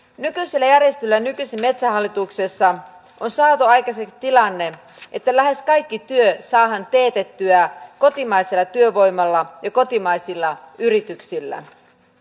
nykyisellä järjestelyllä nykyisessä metsähallituksessa on saatu aikaiseksi tilanne että lähes kaikki työ saadaan teetettyä kotimaisella työvoimalla ja kotimaisilla yrityksillä